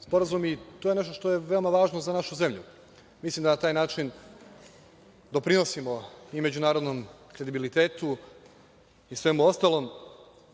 sporazumi, to je nešto što je veoma važno za našu zemlju. Mislim da na taj način doprinosimo i međunarodnom kredibilitetu, i svemu ostalom,